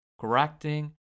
correcting